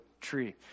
tree